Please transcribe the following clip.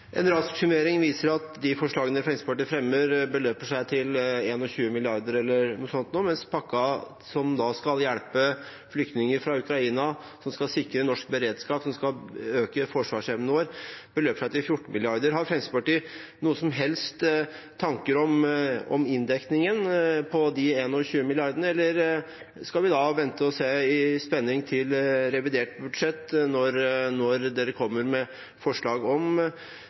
eller noe sånt noe, mens pakken som skal hjelpe flyktninger fra Ukraina, som skal sikre norsk beredskap, som skal øke forsvarsevnen vår, beløper seg til 14 mrd. kr. Har Fremskrittspartiet noen som helst tanker om inndekningen på de 21 milliardene, eller skal vi vente i spenning til revidert budsjett og se når de kommer med forslag om